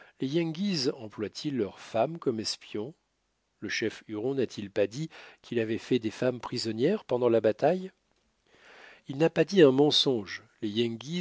emploient ils leurs femmes comme espions le chef huron n'a-t-il pas dit qu'il avait fait des femmes prisonnières pendant la bataille il n'a pas dit un mensonge